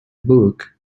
book